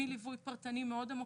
מליווי פרטני מאוד עמוק.